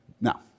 Now